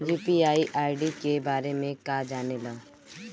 UPI ID के बारे में का जाने ल?